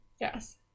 Yes